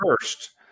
first